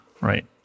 right